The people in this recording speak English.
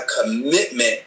commitment